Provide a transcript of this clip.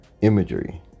imagery